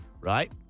right